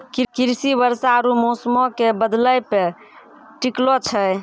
कृषि वर्षा आरु मौसमो के बदलै पे टिकलो छै